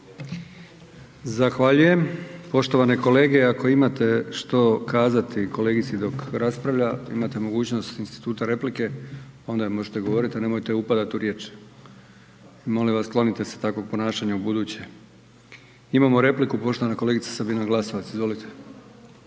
Zahvaljujem. Poštovane kolege ako imate što kazati kolegici dok raspravlja, imate mogućnost instituta replike, pa joj onda možete govoriti, a nemojte upadati u riječ. Molim vas sklonite se takvog ponašanja u buduće. Imamo repliku poštovana kolegica Sabina Glasovac. Izvolite.